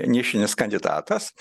nišinis kandidatas